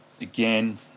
again